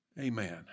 Amen